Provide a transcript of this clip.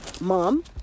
mom